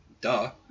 duh